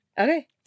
Okay